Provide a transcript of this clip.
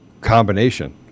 combination